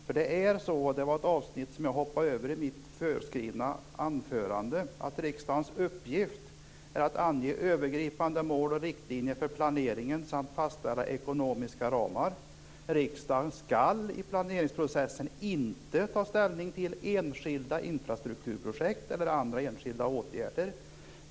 Jag hoppade över ett avsnitt i mitt skrivna anförande, och det handlade om att riksdagens uppgift är att ange övergripande mål och riktlinjer för planeringen samt fastställa ekonomiska ramar. Riksdagen skall i planeringsprocessen inte ta ställning till enskilda infrastrukturprojekt eller andra enskilda åtgärder.